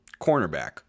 cornerback